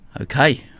Okay